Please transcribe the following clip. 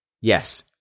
Yes